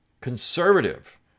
conservative